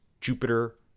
Jupiter